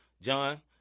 John